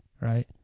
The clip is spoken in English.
right